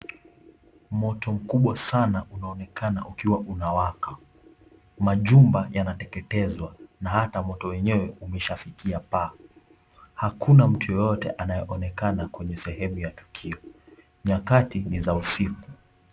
Moto mkubwa sana unaonekana ukiwa unawaka. Machumba yanateketezwa, na hata moto wenyewe umeshafikia paa. Hakuna mtu yeyote anayeonekana kwenye sehemu ya tukio. Nyakati ni za usiku.